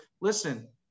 listen